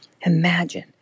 Imagine